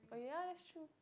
oh yeah that's true